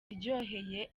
iryoheye